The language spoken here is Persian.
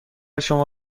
شما